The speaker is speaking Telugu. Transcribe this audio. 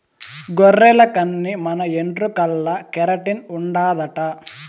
గొర్రెల కన్ని మన ఎంట్రుకల్ల కెరటిన్ ఉండాదట